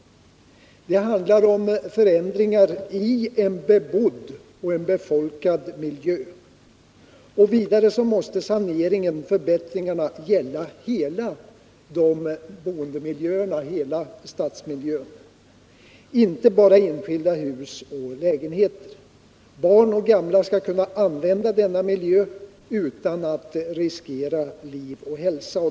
Det handlar om förändringar i en bebodd miljö. Vidare måste saneringen, förbättringarna, gälla hela stadsmiljön, inte bara enskilda hus och lägenheter. Barn och gamla skall kunna använda denna miljö utan att riskera liv och hälsa.